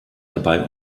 dabei